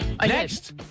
Next